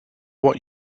what